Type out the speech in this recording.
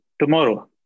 tomorrow